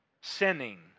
sinning